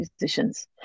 musicians